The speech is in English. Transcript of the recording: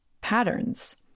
patterns